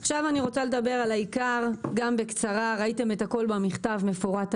עכשיו אני רוצה לדבר בקצרה על העיקר וראיתם את הכל מפורט במכתב,